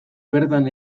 bertan